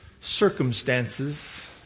circumstances